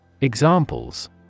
Examples